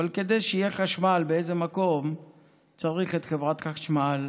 אבל כדי שיהיה חשמל באיזה מקום צריך את חברת החשמל